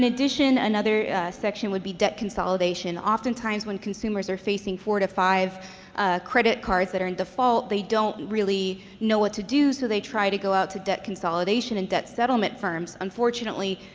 addition, another section would be debt consolidation. oftentimes when consumers are facing four to five credit cards that are in default, they don't really know what to do, so they try to go out to debt consolidation and debt settlement firms. unfortunately,